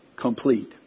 complete